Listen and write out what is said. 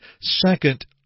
Second